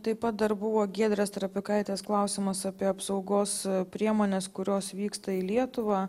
taip pat dar buvo giedrės trapikaitės klausimas apie apsaugos priemones kurios vyksta į lietuvą